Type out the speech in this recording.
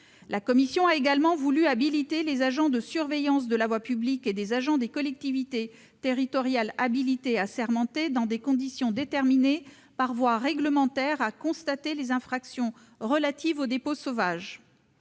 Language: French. Nous avons également entendu habiliter les agents de surveillance de la voie publique et des agents des collectivités territoriales habilités et assermentés dans des conditions déterminées par voie réglementaire à constater les infractions relatives aux dépôts sauvages.